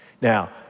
Now